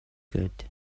good